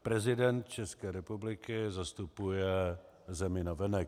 Prezident České republiky zastupuje zemi navenek.